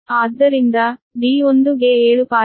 ಆದ್ದರಿಂದ d1 ಗೆ 7